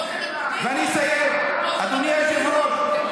פה זה נפוטיזם, ואני אסיים, אדוני היושב-ראש.